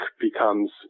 becomes